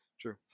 True